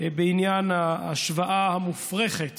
בעניין ההשוואה המופרכת